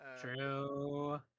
true